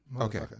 Okay